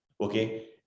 Okay